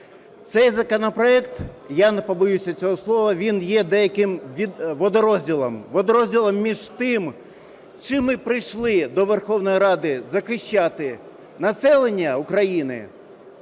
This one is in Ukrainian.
Цей законопроект, я не побоюся цього слова, він є деяким водорозділом. Водорозділом між тим, з чим ми прийшли до Верховної Ради: захищати населення України